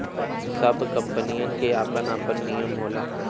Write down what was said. सब कंपनीयन के आपन आपन नियम होला